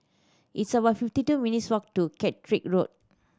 it's about fifty two minutes' walk to Caterick Road